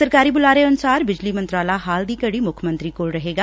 ਸਰਕਾਰੀ ਬੁਲਾਰੇ ਅਨੁਸਾਰ ਬਿਜਲੀ ਮੰਤਰਾਲਾ ਹਾਲ ਦੀ ਘਡੀ ਮੱਖ ਮੰਤਰੀ ਕੋਲ ਰਹੇਗਾ